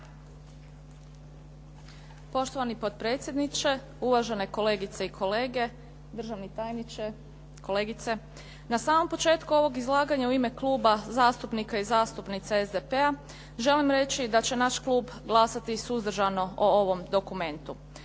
Poštovani potpredsjedniče, uvažene kolegice i kolege, državni tajniče, kolegice. Na samom početku ovog izlaganja u ime Kluba zastupnika i zastupnica SDP-a želim reći da će naš klub glasati suzdržano o ovom dokumentu.